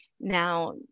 Now